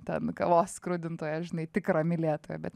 ten kavos skrudintoją žinai tikrą mylėtoją bet